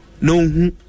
No